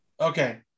Okay